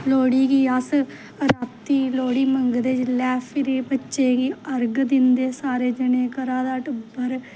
लोह्ड़ी गी अस रातीं लोह्ड़ी मंगदे जिसलै फिरी बच्चें गी अर्घ दिंदे सारे जने घरा दा टब्बर